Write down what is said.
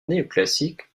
néoclassique